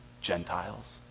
Gentiles